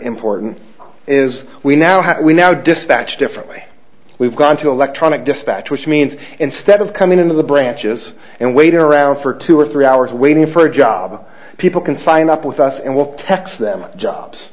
important is we now have we now dispatch differently we've gone to electronic dispatch which means instead of coming in to the branches and waiting around for two or three hours waiting for a job people can sign up with us and we'll text them jobs